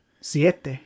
Siete